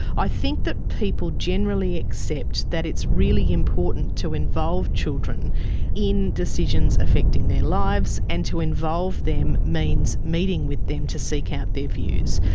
i think that people generally accept that it's really important to involve children in decisions affecting their lives, and to involve them means meeting with them to seek out their views.